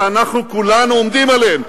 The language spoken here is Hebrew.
שאנחנו כולנו עומדים עליהם,